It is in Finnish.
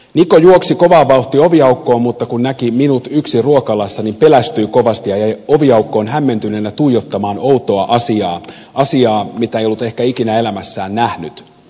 niko juoksi kovaa vauhtia oviaukkoon mutta kun hän näki minut yksin ruokalassa niin hän pelästyi kovasti ja jäi oviaukkoon hämmentyneenä tuijottamaan outoa asiaa asiaa mitä ei ollut ehkä ikinä elämässään nähnyt